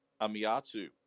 Amiatu